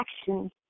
action